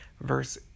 Verse